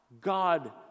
God